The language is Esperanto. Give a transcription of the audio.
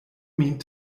min